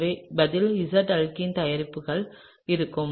எனவே பதில் Z ஆல்கீன் தயாரிப்பு இருக்கும்